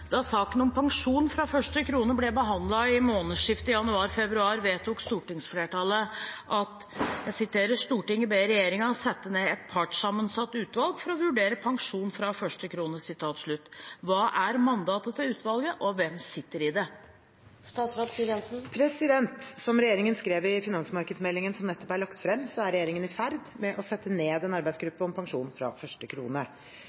saken om pensjon fra første krone ble behandlet i månedsskiftet januar/februar i 2019, vedtok stortingsflertallet følgende: «Stortinget ber regjeringen sette ned et partssammensatt utvalg for å vurdere pensjon fra første krone.» Hva er mandatet til utvalget, og hvem sitter i utvalget?» Som regjeringen skrev i finansmarkedsmeldingen som nettopp er lagt frem, er regjeringen i ferd med å sette ned en arbeidsgruppe om pensjon fra første krone.